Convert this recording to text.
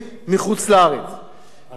לכן אני מסכם ואומר: